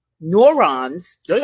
neurons